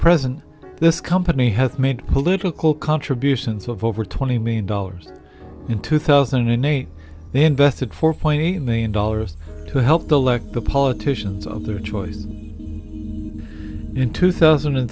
present this company has made political contributions of over twenty million dollars in two thousand and eight they invested four point eight million dollars to help the lek the politicians of their choice me in two thousand and